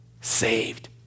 saved